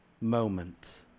moment